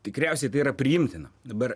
tikriausiai tai yra priimtina dabar